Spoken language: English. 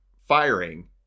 firing